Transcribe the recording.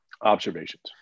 observations